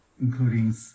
including